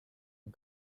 and